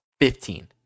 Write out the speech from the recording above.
fifteen